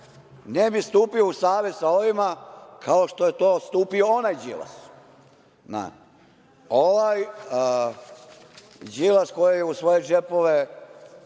ne bi stupio u savez sa ovima, kao što je to stupio onaj Đilas. Ovaj Đilas koji u svoje džepove